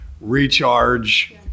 recharge –